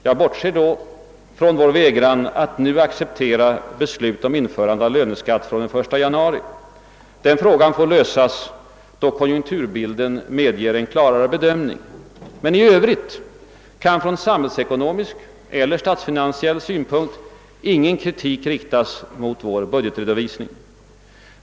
Jag bortser då från vår vägran att nu acceptera beslut om införande av en löneskatt från den första januari. Den frågan får lösas då konjunkturbilden medger en klarare bedömning. Men i övrigt kan från samhällsekonomisk eller statsfinansiell synpunkt ingen kritik riktas mot vår budgetredovisning.